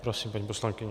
Prosím, paní poslankyně.